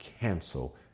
cancel